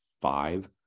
five